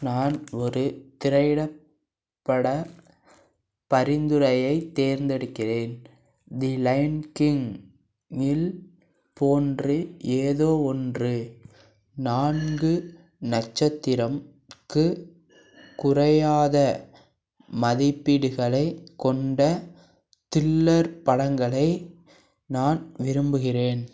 நான் ஒரு திரையிடப் பட பரிந்துரையை தேர்ந்தெடுக்கிறேன் தி லயன் கிங் இல் போன்று ஏதோ ஒன்று நான்கு நட்சத்திரம் க்கு குறையாத மதிப்பீடுகளை கொண்ட தில்லர் படங்களை நான் விரும்புகிறேன்